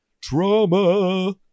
Drama